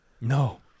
No